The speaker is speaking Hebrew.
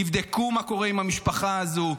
תבדקו מה קורה עם המשפחה הזו,